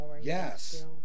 Yes